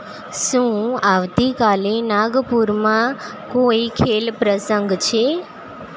શું આવતી કાલે નાગપુરમાં કોઈ ખેલ પ્રસંગ છે